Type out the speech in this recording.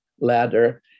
ladder